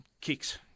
kicks